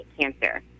cancer